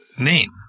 name